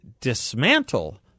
dismantle